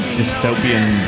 dystopian